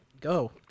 go